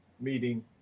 meeting